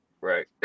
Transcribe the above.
Right